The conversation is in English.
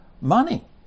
money